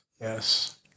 Yes